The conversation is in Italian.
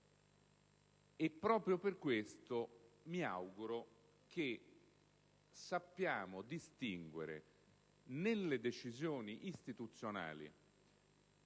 e, proprio per questo, mi auguro che sappiamo distinguere nelle decisioni istituzionali,